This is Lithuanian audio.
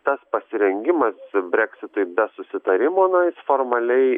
tas pasirengimas breksitui be susitarimo na jis formaliai